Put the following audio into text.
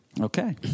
Okay